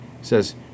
Says